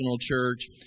church